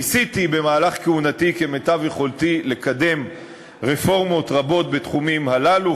ניסיתי במהלך כהונתי כמיטב יכולתי לקדם רפורמות רבות בתחומים הללו.